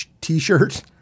t-shirt